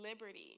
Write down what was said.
liberty